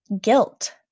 Guilt